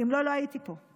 כי אם לא, לא הייתי פה.